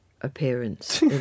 appearance